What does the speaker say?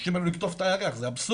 מבקשים מהם לקטוף את הירח, זה אבסורד.